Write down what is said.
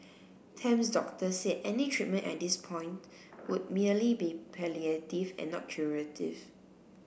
Tam's doctor said any treatment at this point would merely be palliative and not curative